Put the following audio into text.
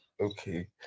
Okay